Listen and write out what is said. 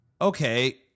okay